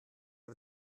mir